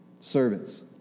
Servants